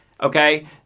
Okay